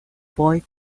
boy